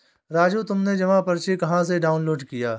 राजू तुमने जमा पर्ची कहां से डाउनलोड किया?